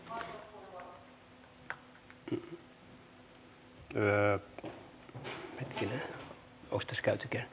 arvoisa puhemies